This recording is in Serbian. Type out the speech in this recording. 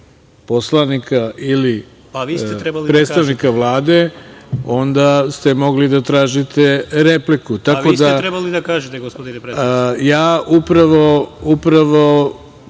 poslanika ili predstavnika Vlade, onda ste mogli da tražite repliku. **Šaip